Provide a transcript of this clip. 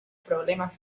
problemas